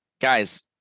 guys